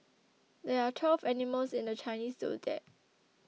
there are twelve animals in the Chinese zodiac